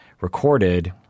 recorded